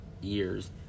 years